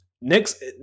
Next